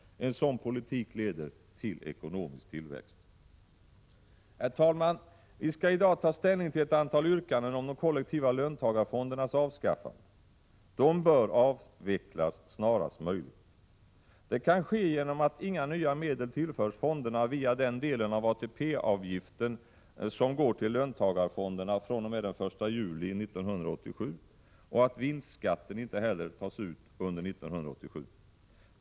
En sådan politik leder till ekonomisk tillväxt. Herr talman! Vi skall i dag ta ställning till ett antal yrkanden om de kollektiva löntagarfondernas avskaffande. De bör avvecklas snarast möjligt. Det kan ske genom att inga nya medel tillförs fonderna via den del av ATP-avgiften som går till löntagarfonderna fr.o.m. den 1 juli 1987 och att vinstskatten inte heller tas ut under 1987.